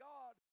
God